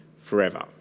forever